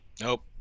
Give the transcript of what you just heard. Nope